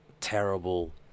terrible